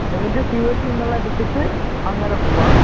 എന്നിട്ട് ഫ്യൂവൽ നിങ്ങൾ അടിച്ചിട്ട് അങ്ങനെ പോവുക